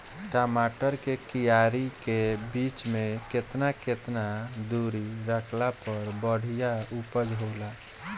टमाटर के क्यारी के बीच मे केतना केतना दूरी रखला पर बढ़िया उपज होई?